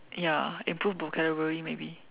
ya improve vocabulary maybe